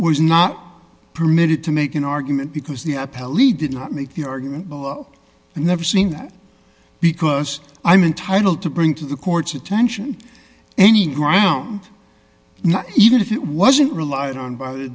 was not permitted to make an argument because the appellee did not make the argument below and never seen that because i'm entitled to bring to the court's attention any ground now even if it wasn't relied on by the